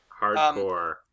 Hardcore